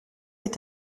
est